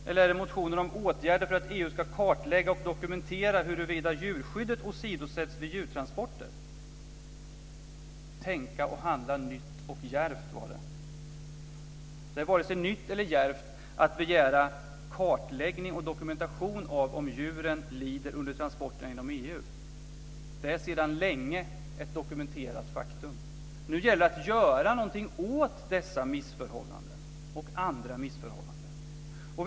Eller är det motionen om åtgärder för att EU ska kartlägga och dokumentera huruvida djurskyddet åsidosätts vid djurtransporter? Tänka och handla nytt och djärvt, var det. Det är varken nytt eller djärvt att begära kartläggning och dokumentation av om djuren lider under transporterna inom EU. Det är sedan länge ett dokumenterat faktum. Nu gäller det att göra någonting åt dessa och andra missförhållanden.